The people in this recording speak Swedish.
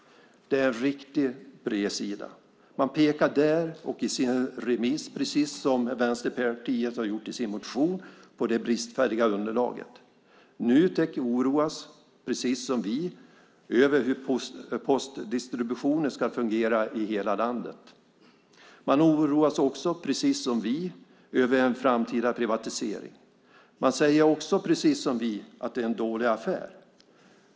Det är en riktig bredsida. Man pekar i sin remiss, precis som Vänsterpartiet har gjort i sin motion, på det bristfälliga underlaget. Nutek oroar sig, precis som vi, över hur postdistributionen ska fungera i hela landet. Man oroar sig också, precis som vi, över en framtida privatisering. Man säger också, precis som vi, att det är en dålig affär.